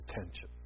attention